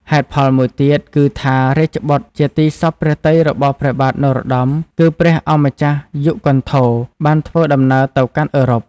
ហេតុផលមួយទៀតគឺថា រាជបុត្រជាទីសព្វព្រះទ័យរបស់ព្រះបាទនរោត្តម គឺព្រះអង្គម្ចាស់យុគន្ធរ បានធ្វើដំណើរទៅកាន់អឺរ៉ុប។